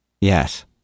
yes